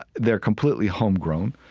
they're completely homegrown.